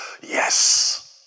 yes